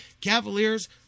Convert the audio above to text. Cavaliers